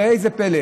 ראה זה פלא,